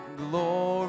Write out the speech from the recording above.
glory